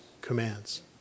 commands